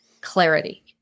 Clarity